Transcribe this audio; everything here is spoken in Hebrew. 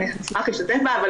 אני אשמח להשתתף,